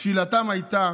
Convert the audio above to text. תפילתם הייתה